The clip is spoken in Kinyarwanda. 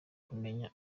kumenya